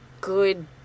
good